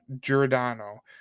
Giordano